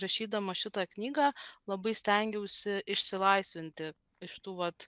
rašydama šitą knygą labai stengiausi išsilaisvinti iš tų vat